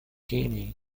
guinea